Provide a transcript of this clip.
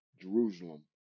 Jerusalem